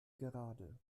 gerade